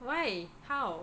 why how